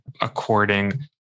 according